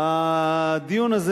הדיון הזה,